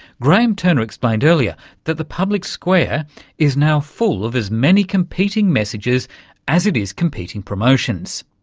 graeme turner explained earlier that the public square is now full of as many competing messages as it is competing promotions.